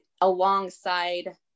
alongside